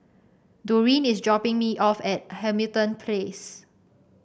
Doreen is dropping me off at Hamilton Place